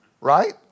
Right